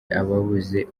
ababuze